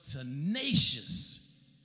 tenacious